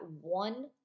one